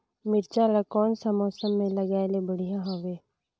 मिरचा ला कोन सा मौसम मां लगाय ले बढ़िया हवे